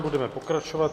Budeme pokračovat.